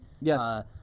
yes